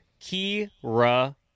kira